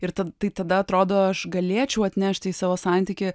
ir tad tai tada atrodo aš galėčiau atnešti į savo santykį